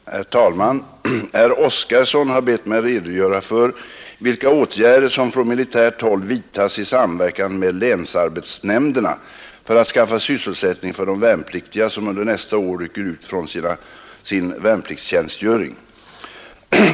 Herr talman! Herr Oskarson har bett mig redogöra för vilka åtgärder som från militärt håll vidtas i samverkan med länsarbetsnämnderna för att skaffa sysselsättning för de värnpliktiga som under nästa år rycker ut från sin värnpliktstjänstgöring.